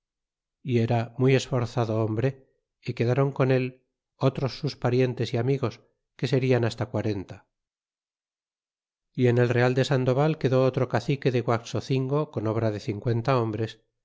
y era muy esforzado hombre y quedron con él otros sus parientes y amigos que serian hasta quarenta y en e real de sandoval quedó otro cacique de guaxocingo con obra de cincuenta hombres